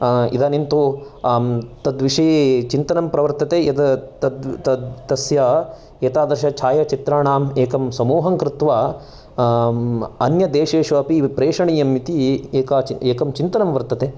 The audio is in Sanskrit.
इदानिं तु तद्विषये चिन्तनं प्रवर्तते यद तद् तद् तस्य एतादृश छायाचित्राणाम् एकं समुहं कृत्वा अन्यदेशेषु अपि प्रेषणीयं इति एक चि एकं चिन्तनं वर्तते